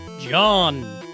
John